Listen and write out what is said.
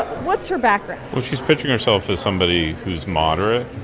what's her background? well, she's pitching herself as somebody who's moderate,